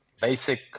basic